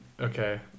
Okay